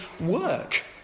work